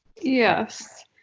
Yes